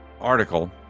article